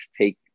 take